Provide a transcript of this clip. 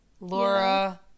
Laura